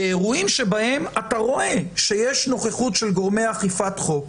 באירועים שבהם אתה רואה שיש נוכחות של גורמי אכיפת חוק,